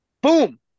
Boom